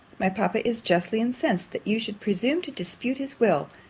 my papa is justly incensed, that you should presume to dispute his will,